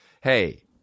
Hey